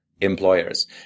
employers